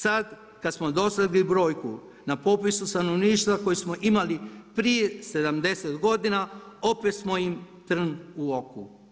Sad kad smo dosegli brojku na popisu stanovništva koju smo imali prije 70 godina, opet smo im trn u oku.